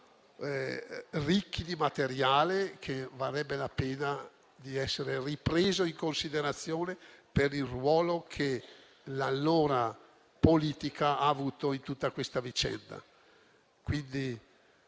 ricchi di materiale che varrebbe la pena di essere ripreso in considerazione del ruolo che la politica di allora ha avuto in tutta questa vicenda. Ci